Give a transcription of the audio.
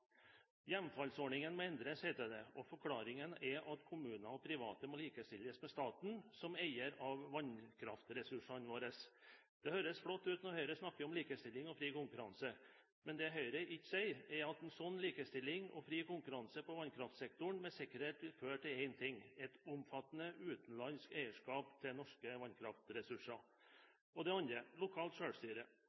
Hjemfallsordningen må endres, heter det, og forklaringen er at kommuner og private må likestilles med staten som eier av vannkraftressursene våre. Det høres flott ut når Høyre snakker om likestilling og fri konkurranse. Men det Høyre ikke sier, er at en sånn likestilling og fri konkurranse på vannkraftsektoren med sikkerhet vil føre til én ting: et omfattende utenlandsk eierskap til norske vannkraftressurser. Det andre er lokalt sjølstyre.